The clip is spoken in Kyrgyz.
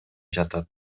жатат